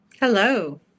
Hello